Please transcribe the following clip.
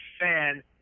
fan